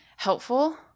helpful